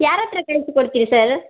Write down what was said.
ಯಾರ ಹತ್ರ ಕಳಿಸಿ ಕೊಡ್ತೀರಿ ಸರು